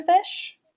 fish